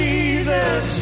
Jesus